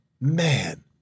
Man